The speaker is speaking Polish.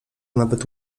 nawet